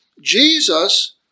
Jesus